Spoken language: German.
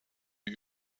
wie